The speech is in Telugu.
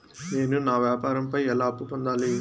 నేను నా వ్యాపారం పై ఎలా అప్పు పొందాలి?